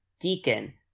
deacon